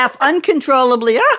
uncontrollably